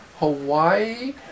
Hawaii